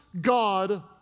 God